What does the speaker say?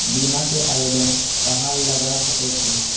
बीमा के आवेदन कहाँ लगा सके छी?